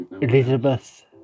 Elizabeth